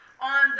on